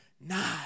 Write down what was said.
nine